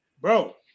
bro